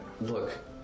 Look